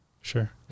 Sure